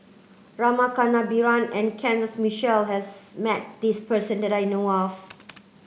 Rama Kannabiran and Kenneth Mitchell has met this person that I know of